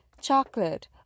chocolate